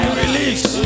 release